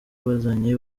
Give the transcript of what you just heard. bazanye